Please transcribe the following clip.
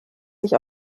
sich